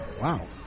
Wow